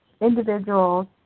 individuals